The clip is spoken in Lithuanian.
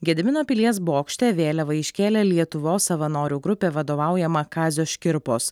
gedimino pilies bokšte vėliavą iškėlė lietuvos savanorių grupė vadovaujama kazio škirpos